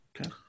Okay